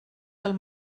del